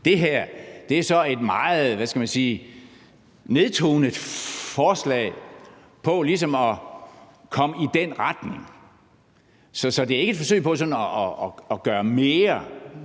skal man sige, meget nedtonet forslag om ligesom at komme i den retning. Så det er ikke et forsøg på sådan at gøre mere.